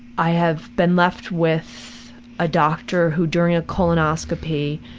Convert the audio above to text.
i have been left with a doctor, who during a colonoscopy,